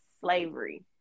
slavery